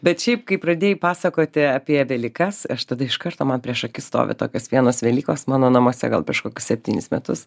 bet šiaip kai pradėjai pasakoti apie velykas aš tada iš karto man prieš akis stovi tokios vienos velykos mano namuose gal kažkoks septynis metus